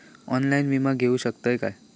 Online विमा घेऊ शकतय का?